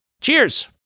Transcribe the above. cheers